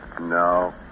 No